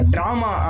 Drama